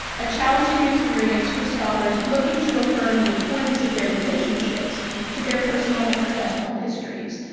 a challenging experience for scholars looking to affirm the importance of their relationships to their personal and professional histories.